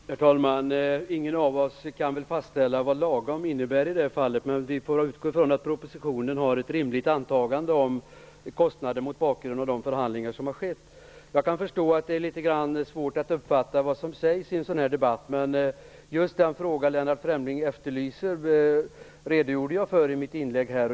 Herr talman! Ingen av oss kan väl fastställa vad lagom innebär i det här fallet. Men vi får utgå från att man i propositionen har ett rimligt antagande om kostnader mot bakgrund av de förhandlingar som varit. Jag kan förstå att det är litet svårt att uppfatta vad som sägs i en sådan här debatt, men just det som Lennart Fremling efterlyser redogjorde jag för i mitt inlägg.